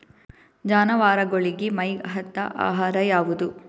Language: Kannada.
ಜಾನವಾರಗೊಳಿಗಿ ಮೈಗ್ ಹತ್ತ ಆಹಾರ ಯಾವುದು?